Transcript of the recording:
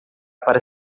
para